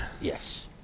Yes